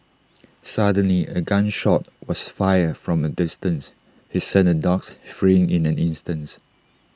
suddenly A gun shot was fired from A distance he sent the dogs fleeing in an instants